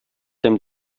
dem